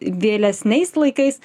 vėlesniais laikais